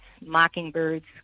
mockingbirds